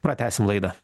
pratęsim laidą